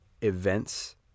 events